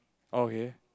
okay